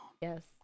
Yes